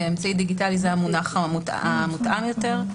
"אמצעי דיגיטלי" זה המונח המותאם יותר.